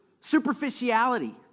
superficiality